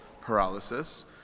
paralysis